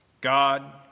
God